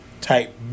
type